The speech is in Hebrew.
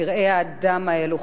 פראי האדם האלו,